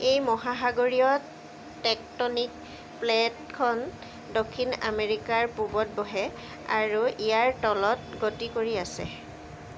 এই মহাসাগৰীয় টেক্টনিক প্লে'টখন দক্ষিণ আমেৰিকাৰ পূবত বহে আৰু ইয়াৰ তলত গতি কৰি আছে